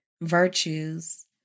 virtues